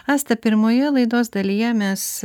asta pirmoje laidos dalyje mes